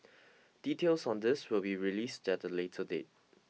details on this will be released at a later date